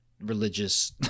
religious